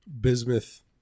bismuth